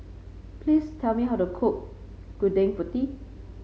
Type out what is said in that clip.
please tell me how to cook Gudeg Putih